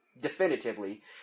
definitively